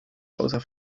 außer